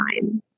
time